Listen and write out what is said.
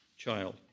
child